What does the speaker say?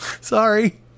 Sorry